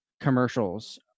commercials